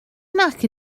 nac